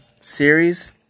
series